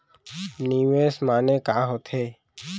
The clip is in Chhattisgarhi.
निवेश माने का होथे?